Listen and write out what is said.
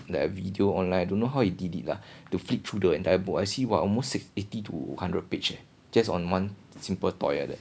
that a video online I don't know how you did it lah to flip through the entire book I see !wah! almost si~ eighty to hundred page just on one simple toy 来的